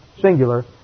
singular